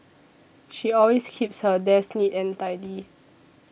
she always keeps her desk neat and tidy